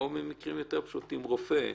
או במקרים פשוטים יותר, למשל רופא,